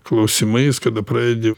klausimais kada pradedi